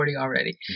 already